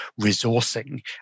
resourcing